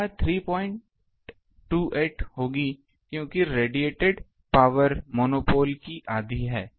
यह 328 होगी क्योंकि रेडिएट पावर मोनोपोल की आधी है